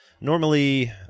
Normally